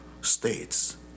states